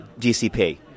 DCP